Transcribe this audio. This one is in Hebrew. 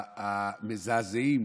המזעזעים